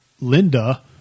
Linda